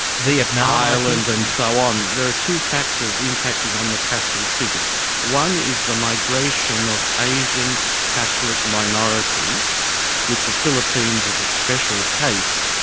ireland and so on. there are two factors impacting on the catholic figures one is the migration of asian catholic minorities with the philippines as a special case,